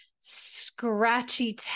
scratchy